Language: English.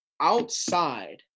outside